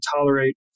tolerate